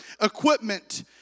equipment